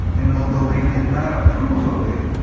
and although they did not approve of it,